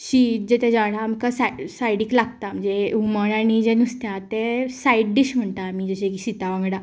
शीत जे तेज्या वांगडा आमकां सायडीक लागता म्हणजे हुमण आनी जे नुस्तें आसता तें सायड डीश म्हणटा आमी जशें की शिता वांगडा